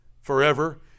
forever